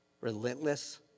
Relentless